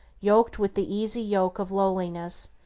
yoked with the easy yoke of lowliness,